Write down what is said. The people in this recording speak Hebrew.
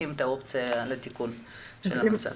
האופציה לתיקון של המצב.